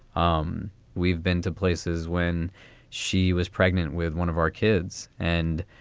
um we've been to places when she was pregnant with one of our kids. and,